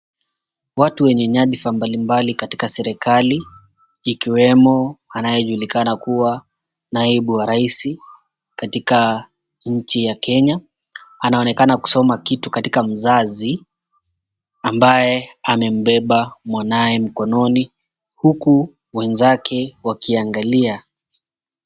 Watu wenye nyadhifa mbalimbali katika serikali ikiwemo anayejulikana kuwa naibu wa rais katika nchi ya Kenya anaonekana kusoma kitu katika mzazi ambaye amembeba mwanawe mkononi huku wenzake wakiangalia.